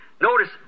notice